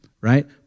Right